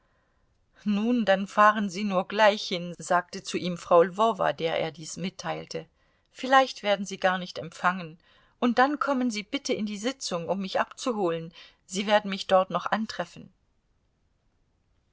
nun dann fahren sie nur gleich hin sagte zu ihm frau lwowa der er dies mitteilte vielleicht werden sie gar nicht empfangen und dann kommen sie bitte in die sitzung um mich abzuholen sie werden mich dort noch antreffen